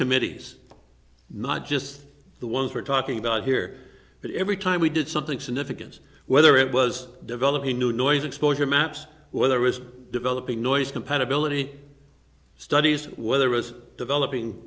committees not just the ones we're talking about here but every time we did something significant whether it was developing new noise exposure maps whether it's developing noise compatibility studies whether was developing